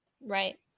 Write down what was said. Right